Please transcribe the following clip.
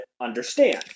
understand